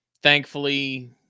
Thankfully